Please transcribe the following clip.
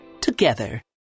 together